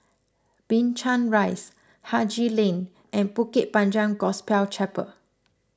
Binchang Rise Haji Lane and Bukit Panjang Gospel Chapel